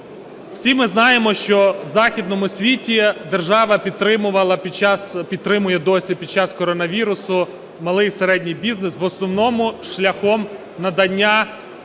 Всі ми знаємо, що в західному світі держава підтримувала, підтримує досі під час коронавірусу малий і середній бізнес в основному шляхом надання